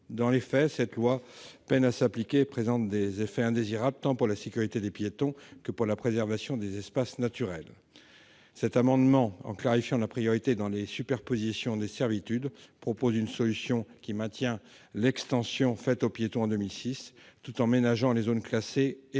Dans les faits, cette loi peine à s'appliquer et présente des effets indésirables, tant pour la sécurité des piétons que pour la préservation des espaces naturels. Le présent amendement, en tendant à clarifier la priorité dans la superposition des servitudes, vise une solution qui maintient l'extension faite aux piétons en 2006 tout en ménageant les zones classées